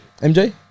MJ